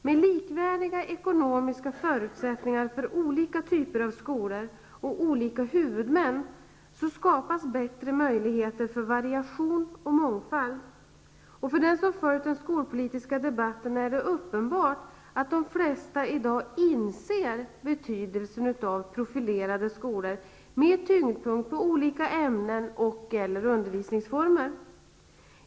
Med likvärdiga ekonomiska förutsättningar för olika typer av skolor och olika huvudmän skapas bättre möjligheter för variation och mångfald. Och för den som följt den skolpolitiska debatten är det uppenbart att de flesta i dag inser betydelsen av profilerade skolor med tyngdpunkt på olika ämnen och/eller undervisningsformer.